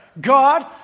God